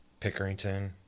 Pickerington